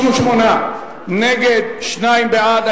68 נגד, שניים בעד.